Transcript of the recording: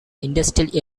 industrial